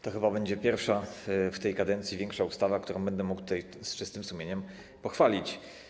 To chyba będzie pierwsza w tej kadencji większa ustawa, którą będę mógł tutaj z czystym sumieniem pochwalić.